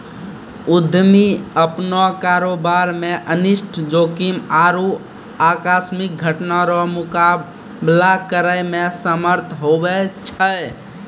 उद्यमी अपनो कारोबार मे अनिष्ट जोखिम आरु आकस्मिक घटना रो मुकाबला करै मे समर्थ हुवै छै